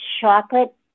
chocolate